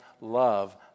love